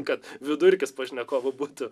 kad vidurkis pašnekovo būtų